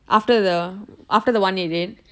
after the after the one eight eight